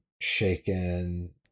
shaken